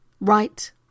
right